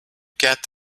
get